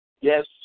Yes